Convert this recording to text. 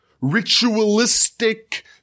ritualistic